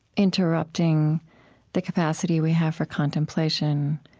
interrupting the capacity we have for contemplation,